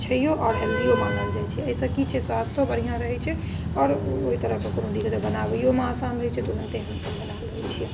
छैओ आओर हेल्दिओ मानल जाइ छै एहिसँ की छै स्वास्थो बढ़िआँ रहै छै आओर ओ ओहि तरहसँ कोनो दिक्कत बनाबैओमे आसान रहै छै तऽ ओनाहितो हमसब बनाबै छिए